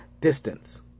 distance